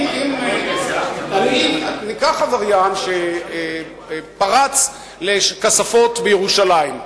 ניקח עבריין שפרץ לכספות בירושלים,